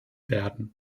werden